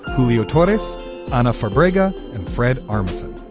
pouliot taught us on a four briga and fred armisen.